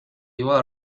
iba